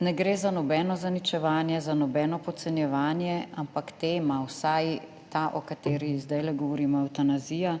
ne gre za nobeno zaničevanje, za nobeno podcenjevanje, ampak tema, vsaj ta, o kateri zdaj govorimo, evtanazija,